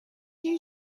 you